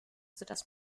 sodass